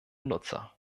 nutzer